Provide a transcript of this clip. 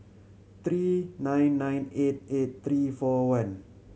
three nine nine eight eight three four one